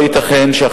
אדוני היושב-ראש, חברי